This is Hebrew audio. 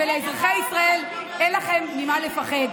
ולאזרחי ישראל, אין לכם ממה לפחד.